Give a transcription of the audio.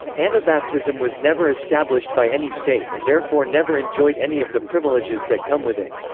anabaptism was never established by any state and therefore never enjoyed any of the privileges that come with it.